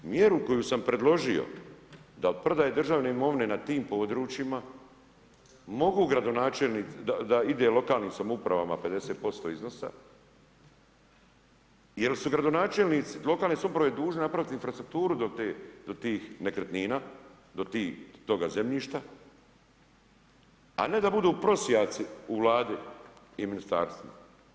Mjeru koju sam predložio da od prodaje državne imovine na tim područjima mogu gradonačelnici, da ide lokalnim samoupravama 50% iznosa jer su gradonačelnici lokalne samouprave dužni napraviti infrastrukturu do tih nekretnina, do toga zemljišta, a ne da budu prosjaci u Vladi i ministarstvima.